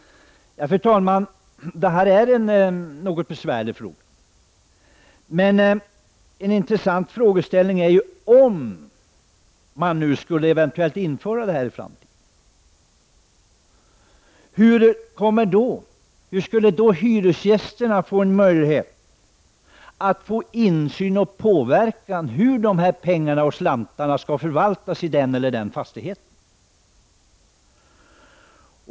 Det här är en något besvärlig fråga, fru talman. Om man nu skulle införa detta i framtiden, uppstår den intressanta frågeställningen om hur hyresgästerna skall få möjlighet till insyn i och påverkan av hur pengarna skall förvaltas när det gäller olika fastigheter.